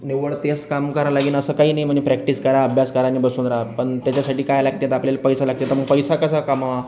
निव्वळ तेच काम करावं लागेन असं काही नाही म्हणजे प्रॅक्टिस करा अभ्यास करा आणि बसून रहा पण त्याच्यासाठी काय लागते तर आपल्याला पैसा लागते तर मग पैसा कसा कमवा